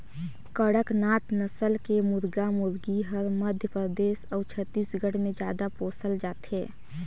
कड़कनाथ नसल के मुरगा मुरगी हर मध्य परदेस अउ छत्तीसगढ़ में जादा पोसल जाथे